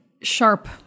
sharp